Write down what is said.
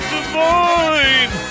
Devine